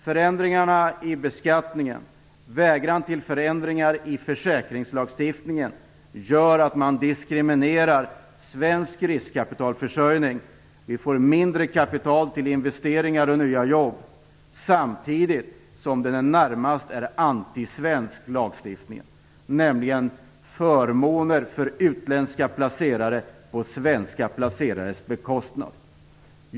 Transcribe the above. Förändringarna i beskattningen och vägran till förändringar i försäkringslagstiftningen gör att man diskriminerar svensk riskkapitalförsörjning. Vi får mindre kapital till investeringar och nya jobb, samtidigt som lagstiftningen i det närmaste är antisvensk. Den ger nämligen förmåner för utländska placerare på svenska placerares bekostnad.